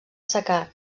secà